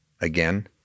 Again